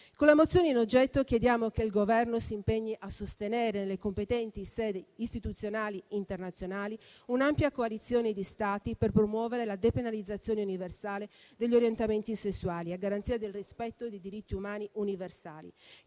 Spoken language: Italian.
Con la mozione in oggetto chiediamo che il Governo si impegni a sostenere, nelle competenti sedi istituzionali internazionali, una ampia coalizione di Stati per promuovere la depenalizzazione universale degli orientamenti sessuali, a garanzia del rispetto dei diritti umani universali.